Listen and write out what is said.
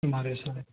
तुम्हारे सारे